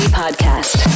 podcast